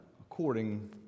according